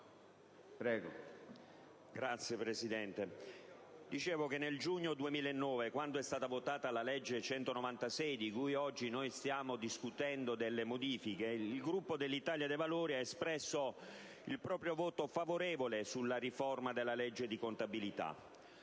Signor Presidente, nel giugno 2009, quando è stata votata la legge n. 196 di cui oggi stiamo discutendo le modifiche, il Gruppo dell'Italia dei Valori espresse il proprio voto favorevole sulla riforma della legge di contabilità.